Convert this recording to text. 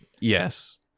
Yes